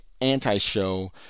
anti-show